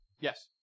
Yes